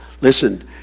listen